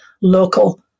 local